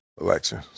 election